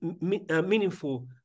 meaningful